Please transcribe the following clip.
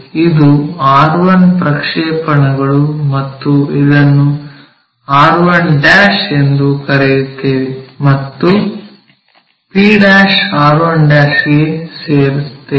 ಇದು r1 ಪ್ರಕ್ಷೇಪಣಗಳು ಮತ್ತು ಇದನ್ನು r1 ಎಂದು ಕರೆಯುತ್ತೇವೆ ಮತ್ತು p' r1 ಗೆ ಸೇರಿಸುತ್ತೇವೆ